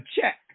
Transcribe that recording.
check